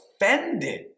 offended